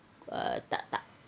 uh tak tak